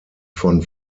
von